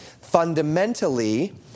fundamentally